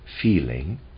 feeling